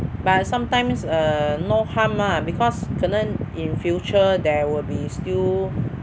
but sometimes err no harm lah because 可能 in future there will be still